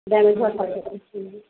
damage হওয়ার ভয় থাকে